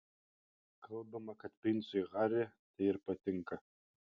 kalbama kad princui harry tai ir patinka